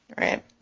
Right